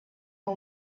who